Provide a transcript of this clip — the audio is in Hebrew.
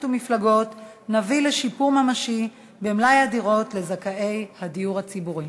ומפלגות נביא לשיפור ממשי במלאי הדירות לזכאי הדיור הציבורי.